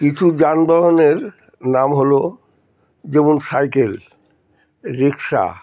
কিছু যানবাহনের নাম হলো যেমন সাইকেল রিকশা